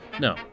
No